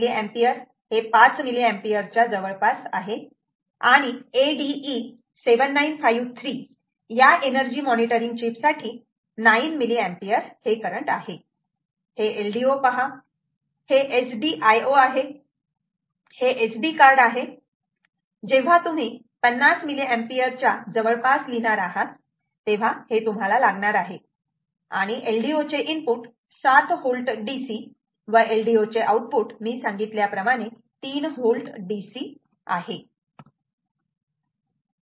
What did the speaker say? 5 mA हे 5 mA च्या जवळपास आहे आणि ADE7953 या एनर्जी मॉनिटरिंग चीप साठी 9 mA आहे हे LDO पहा हे SDIO आहे हे SD कार्ड आहे जेव्हा तुम्ही 50 mA च्या जवळपास लिहिणार आहात तेव्हा हे तुम्हाला लागणार आहे आणि LDO चे इनपुट 7V DC व LDO चे आउटपुट मी सांगितल्याप्रमाणे 3V DC आहे